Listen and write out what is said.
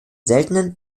seltenen